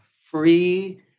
free